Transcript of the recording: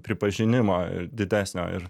pripažinimo ir didesnio ir